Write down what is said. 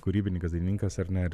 kūrybininkas dainininkas ar ne ir